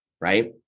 right